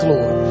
Lord